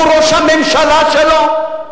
הוא ראש הממשלה שלו?